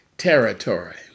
territory